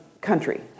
country